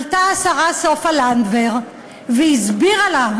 עלתה השרה סופה לנדבר והסבירה לה,